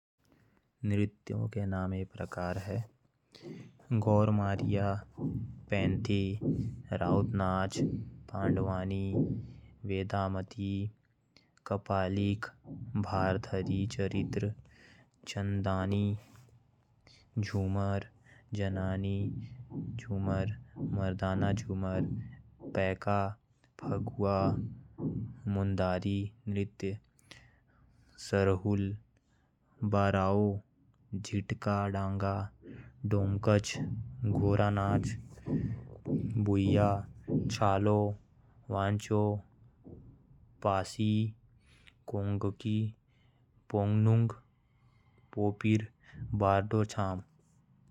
नृत्यों के नाम ए प्रकार है। भरतनाट्यम, कुचिपुड़ी, कथकली, कथक। ओडिसी, सत्रिया, मणिपुरी, मोहिनीअट्टम। भारत के कुछ लोक नृत्य। झूमर, फाग, डाफ, धमाल, लूर, गुग्गा। खोर, कर्मा मुंडा, पाइका, फगुआ। भारत के कुछ जनजातीय नृत्य छऊ डोमकच। लहसुआ, झुमता, फिरकल, पांता नृत्य।